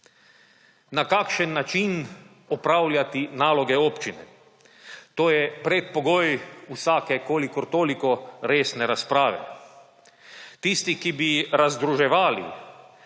Na kakšen način opravljati naloge občine? To je predpogoj vsake kolikor toliko resne razprave. Tisti, ki bi razdruževali,